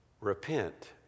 Repent